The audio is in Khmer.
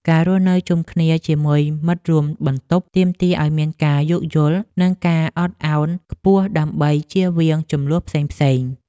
ការរស់នៅជុំគ្នាជាមួយមិត្តរួមបន្ទប់ទាមទារឱ្យមានការយោគយល់ និងការអត់ឱនខ្ពស់ដើម្បីជៀសវាងជម្លោះផ្សេងៗ។